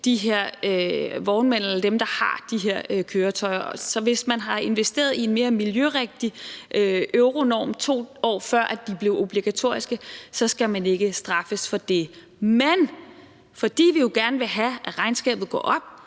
de her vognmænd eller dem, der har de her køretøjer. Så hvis man har investeret i en mere miljørigtig euronorm, 2 år før det blev obligatorisk, så skal man ikke straffes for det. Men fordi vi jo gerne vil have, at regnskabet går op